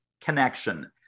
connection